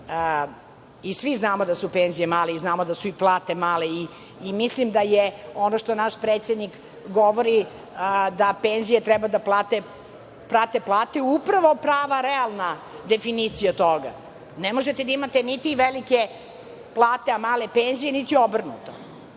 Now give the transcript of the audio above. Svi znamo da su penzije male i znamo da su i plate male i mislim da ovo što naš predsednik govori, da penzije treba da prate plate je upravo prava realna definicija toga. Ne možete da imate niti velike plate, a male penzije niti obrnuto. Volela